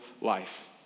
life